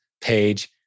page